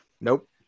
Nope